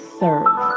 serve